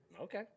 Okay